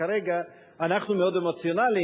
כרגע אנחנו מאוד אמוציונליים,